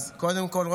אז קודם כול,